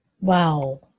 Wow